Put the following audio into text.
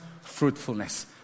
fruitfulness